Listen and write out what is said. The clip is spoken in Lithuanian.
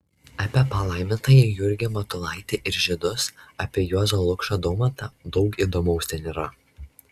apie palaimintąjį jurgį matulaitį ir žydus apie juozą lukšą daumantą daug įdomaus ten yra